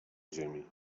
ziemi